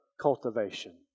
cultivation